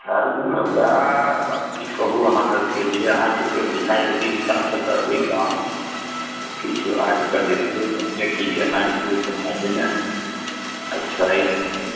हालमे बाढ़ की कहू अहाँ सबके जे अहाँ सबके बुझाइ ओहि हिसाबसँ करबै काम किछु आबि कऽ देखियौ जे की केना ओहिके बाद ने अच्छा एक